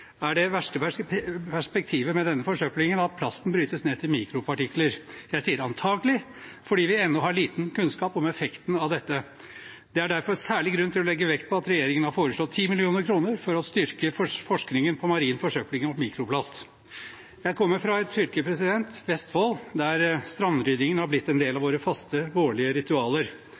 er det verste perspektivet med denne forsøplingen at plasten brytes ned til mikropartikler. Jeg sier «antakelig», fordi vi ennå har liten kunnskap om effekten av dette. Det er derfor særlig grunn til å legge vekt på at regjeringen har foreslått 10 mill. kr for å styrke forskningen på marin forsøpling og mikroplast. Jeg kommer fra et fylke, Vestfold, der strandryddingen har blitt en del av våre faste vårlige ritualer.